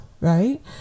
right